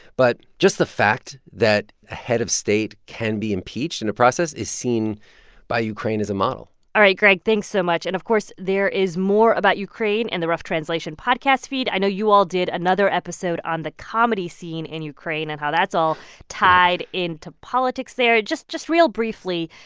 but just the fact that a head of state can be impeached in a process is seen by ukraine as a model all right, greg, thanks so much. and, of course, there is more about ukraine in and the rough translation podcast feed. i know you all did another episode on the comedy scene in and ukraine and how that's all tied into politics there. just just real briefly,